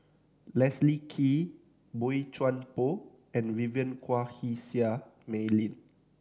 Leslie Kee Boey Chuan Poh and Vivien Quahe Seah Mei Lin